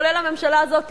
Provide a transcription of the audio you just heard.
כולל הממשלה הזאת,